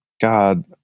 god